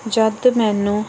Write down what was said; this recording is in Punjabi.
ਜਦੋਂ ਮੈਨੂੰ